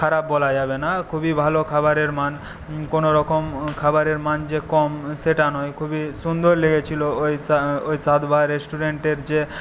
খারাপ বলা যাবে না খুবই ভালো খাবারের মান কোনোরকম খাবারের মান যে কম সেটা নয় খুবই সুন্দর লেগেছিলো ওই ওই স্বাদ বাহার রেস্টুরেন্টের যে